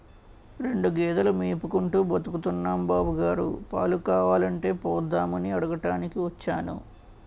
రెండు గేదెలు మేపుకుంటూ బతుకుతున్నాం బాబుగారు, పాలు కావాలంటే పోద్దామని అడగటానికి వచ్చాను